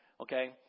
okay